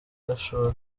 gashora